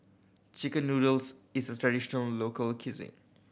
chicken noodles is a traditional local cuisine